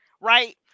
right